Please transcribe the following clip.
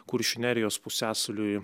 kuršių nerijos pusiasaliui